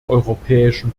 europäischen